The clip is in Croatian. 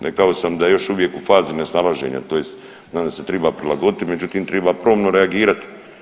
Rekao sam da je još uvijek u fazi nesnalaženja, tj. znam da se triba prilagoditi, međutim triba promptno reagirati.